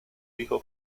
hijo